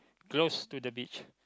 close to the beach